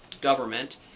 government